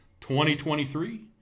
2023